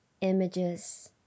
images